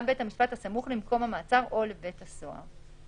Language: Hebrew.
בית משפט הסמוך למקום המעצר או לבית הסוהר".